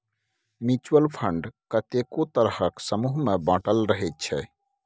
mutual fund कतेको तरहक समूह मे बाँटल रहइ छै